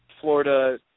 Florida